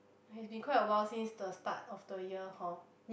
has been quite a while since the start of the year hor